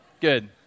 good